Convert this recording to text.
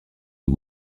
les